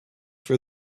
for